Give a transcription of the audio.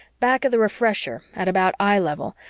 back of the refresher, at about eye-level,